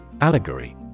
Allegory